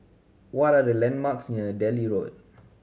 what are the landmarks near Delhi Road